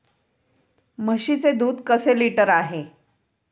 म्हशीचे दूध कसे लिटर आहे?